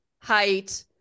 height